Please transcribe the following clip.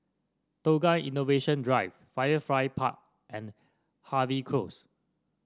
Tukang Innovation Drive Firefly Park and Harvey Close